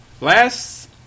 last